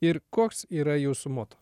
ir koks yra jūsų moto